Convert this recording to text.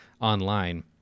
online